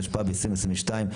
התשפ"ב 2022,